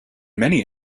many